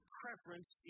preference